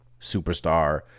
superstar